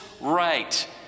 right